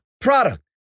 product